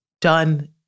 done